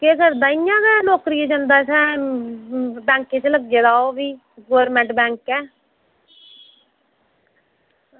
केह् करदा इंया गै नौकरियै गी जंदा शैह्र बैंक च लग्गे दा ओह् भी गौरमेंट बैंक ऐ